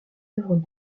œuvres